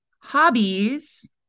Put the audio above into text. Hobbies